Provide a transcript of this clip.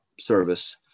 service